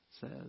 says